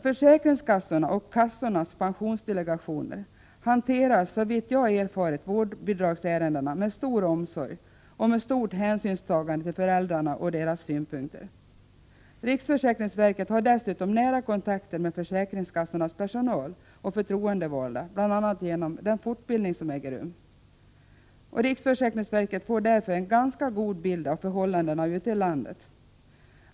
Försäkringskassorna och kassornas pensionsdelegationer hanterar, såvitt jag har erfarit, vårdbidragsärendena med stor omsorg och med stort hänsynstagande till föräldrarna och deras synpunkter. Riksförsäkringsverket har dessutom nära kontakter med försäkringskassornas personal och förtroendevalda, bl.a. genom den fortbildning som äger rum. Riksförsäkringsverket får därför en ganska god bild av förhållandena ute i landet.